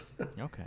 okay